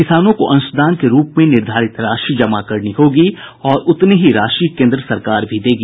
किसानों को अंशदान के रूप में निर्धारित राशि जमा करनी होगी और उतनी ही राशि केन्द्र सरकार भी देगी